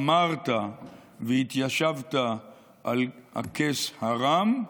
אמרת, והתיישבת על הכס הרם.